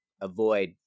avoid